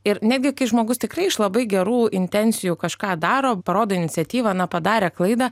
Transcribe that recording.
ir netgi kai žmogus tikrai iš labai gerų intencijų kažką daro parodo iniciatyvą na padarė klaidą